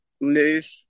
move